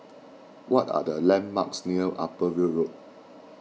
what are the landmarks near Upper Weld Road